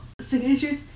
signatures